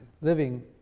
living